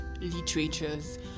Literatures